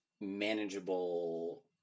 manageable